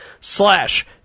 slash